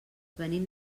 venim